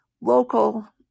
local